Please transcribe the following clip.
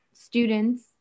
students